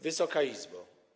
Wysoka Izbo!